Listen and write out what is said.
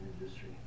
industry